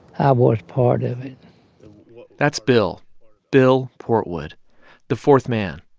i was part of it that's bill bill portwood the fourth man.